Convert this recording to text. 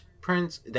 Prince